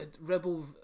rebel